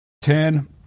Ten